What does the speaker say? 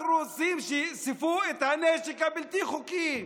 אנחנו רוצים שיאספו את הנשק הבלתי-חוקי.